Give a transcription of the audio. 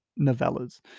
novellas